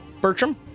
Bertram